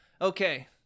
okay